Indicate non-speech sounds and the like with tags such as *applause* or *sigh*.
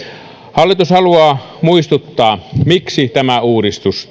hallitus haluaa muistuttaa miksi tämä uudistus *unintelligible*